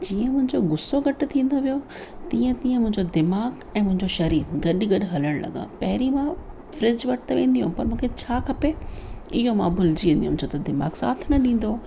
जीअं मुंहिंजो गुस्सो घटि थींदो वियो तीअं तीअं मुंहिंजो दीमाग़ु ऐं मुंहिंजो शरीर गॾु गॾु हलण लॻा पहिरीं मां फ़्रिज वटि त वेंदी हुयमि पर मूंखे छा खपे इहो मां भुलिजी वेंदी हुयमि छो त दीमाग़ु साथ न ॾींदो हो